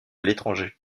l’étranger